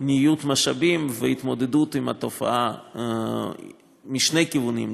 ניוד משאבים והתמודדות עם התופעה משני הכיוונים,